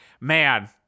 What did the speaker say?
Man